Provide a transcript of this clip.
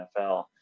NFL